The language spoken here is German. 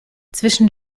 zwischen